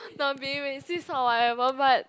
not being racist or whatever but